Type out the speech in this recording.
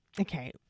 okay